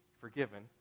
forgiven